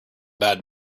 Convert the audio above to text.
bad